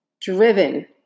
driven